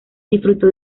disfrutó